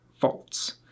faults